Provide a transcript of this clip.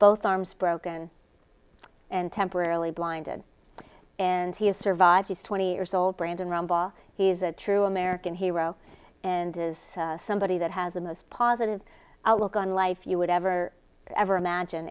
both arms broken and temporarily blinded and he is survived he's twenty years old brandon rumbaugh he's a true american hero and is somebody that has the most positive outlook on life you would ever ever imagine